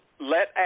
let